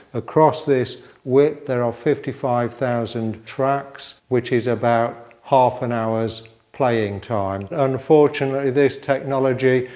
across this width there are fifty five thousand tracks, which is about half an hours playing time. unfortunately this technology,